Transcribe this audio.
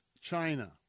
China